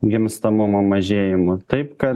gimstamumo mažėjimu taip kad